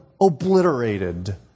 obliterated